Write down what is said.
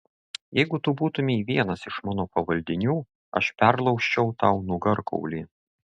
jeigu tu būtumei vienas iš mano pavaldinių aš perlaužčiau tau nugarkaulį